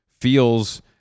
feels